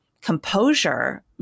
composure